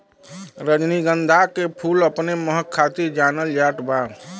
रजनीगंधा के फूल अपने महक खातिर जानल जात बा